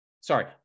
sorry